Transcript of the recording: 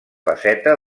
faceta